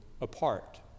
apart